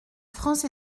france